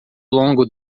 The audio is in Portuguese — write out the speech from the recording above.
longo